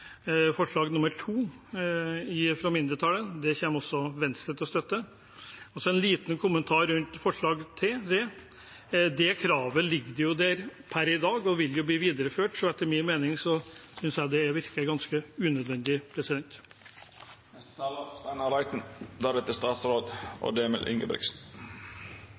forslag nr. 2, fra mindretallet. Det kommer også Venstre til å støtte. Så en liten kommentar til forslag nr. 3: Dette kravet ligger der per i dag og vil bli videreført, så etter min mening virker det ganske unødvendig. Kongekrabben er